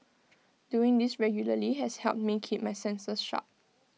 doing this regularly has helped me keep my senses sharp